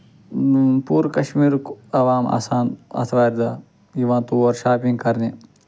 پوٗرٕ کَشمیٖرُک عوام آسان آتھوارِ دۄہ یِوان تور شاپِنٛگ کَرنہِ